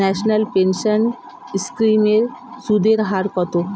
National pension scheme এর সুদের হার কত?